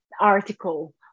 article